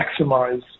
maximize